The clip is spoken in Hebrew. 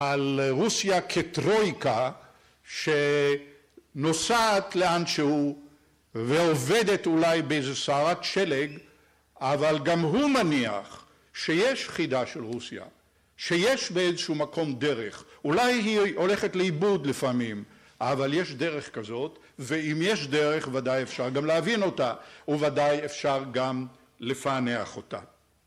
על רוסיה כטרויקה שנוסעת לאן שהוא ואובדת אולי באיזו סערת שלג, אבל גם הוא מניח שיש חידה של רוסיה, שיש באיזשהו מקום דרך, אולי היא הולכת לאיבוד לפעמים, אבל יש דרך כזאת ואם יש דרך ודאי אפשר גם להבין אותה, וודאי אפשר גם לפענח אותה